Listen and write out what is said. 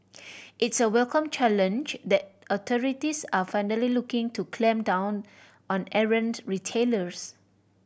it's a welcome challenge that authorities are finally looking to clamp down on errant retailers